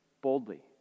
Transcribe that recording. boldly